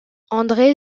andré